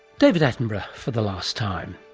david attenborough for the last time.